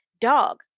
dog